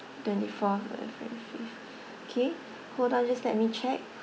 twenty four okay hold on just let me check